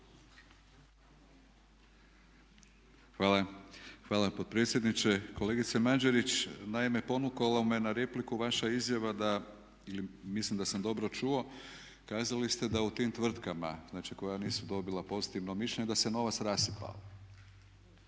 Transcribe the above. Hvala. Hvala potpredsjedniče. Kolegice Mađerić naime ponukalo me na repliku vaša izjava da ili mislim da sam dobro čuo, kazali ste da u tim tvrtkama, znače koja nisu dobila pozitivno mišljenje da se novac rasipao.